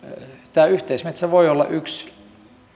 tämä yhteismetsä voi olla yksi